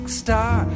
star